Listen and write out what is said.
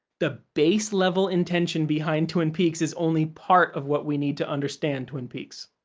the base level intention behind twin peaks is only part of what we need to understand twin peaks.